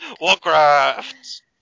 Warcraft